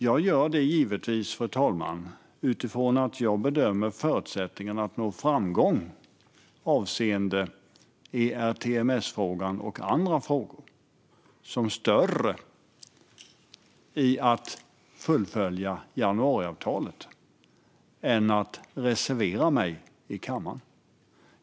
Jag gör det givetvis utifrån att jag bedömer förutsättningarna att nå framgång avseende ERTMS-frågan och andra frågor som större genom att fullfölja januariavtalet än att reservera mig i kammaren.